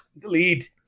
delete